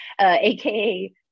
aka